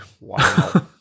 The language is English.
Wow